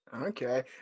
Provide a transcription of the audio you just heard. Okay